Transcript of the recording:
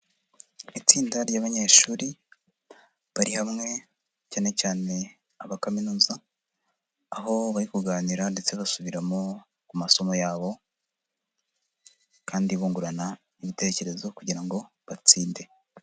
Itsinda ry'abanyeshuri bari hamwe cyane cyane aba kaminuza, aho bari kuganira ndetse basubiramo ku masomo yabo kandi bungurana ibitekerezo kugira ngo batsinde.